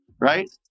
right